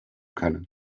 können